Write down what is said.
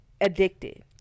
addicted